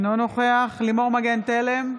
אינו נוכח לימור מגן תלם,